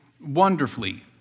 wonderfully